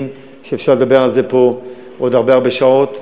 שאפשר לדבר עליהן פה עוד הרבה שעות,